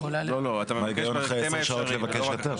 מה ההיגיון אחרי 10 שעות לבקש היתר?